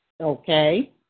Okay